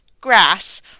grass